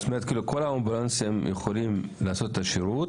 כל האמבולנסים יכולים לתת את השירות,